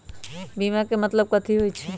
बीमा के मतलब कथी होई छई?